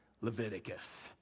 Leviticus